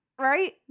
Right